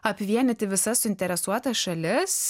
apvienyti visas suinteresuotas šalis